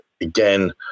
again